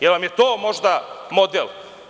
Da li vam je to možda model?